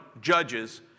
Judges